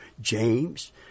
James